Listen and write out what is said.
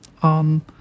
on